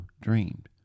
dreamed